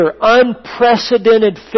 unprecedented